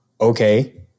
okay